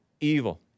evil